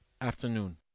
afternoon